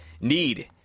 need